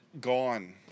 gone